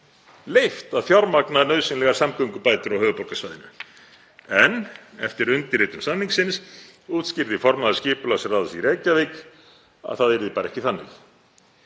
leyft að fjármagna nauðsynlegar samgöngubætur á höfuðborgarsvæðinu, en eftir undirritun samningsins útskýrði formaður skipulagsráðs í Reykjavík að það yrði bara ekki þannig.